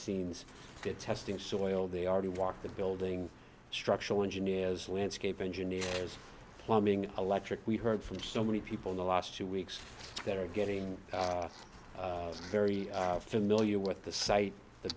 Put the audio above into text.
scenes to testing soil they already walk the building structural engineers landscape engineers plumbing electric we heard from so many people in the last two weeks that are getting very familiar with the site th